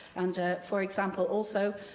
and, for example also,